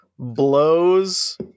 blows